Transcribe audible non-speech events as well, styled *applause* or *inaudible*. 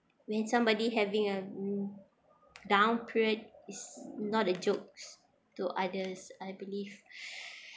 when somebody having a down period it's not a jokes to others I believe *breath*